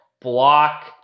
Block